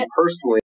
personally